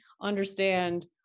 understand